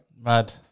Mad